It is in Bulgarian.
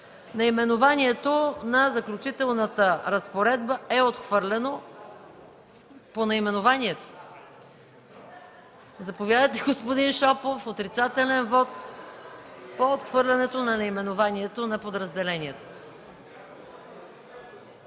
Наименованието на Заключителната разпоредба е отхвърлено. Заповядайте, господин Шопов – отрицателен вот по отхвърлянето на наименованието на подразделението.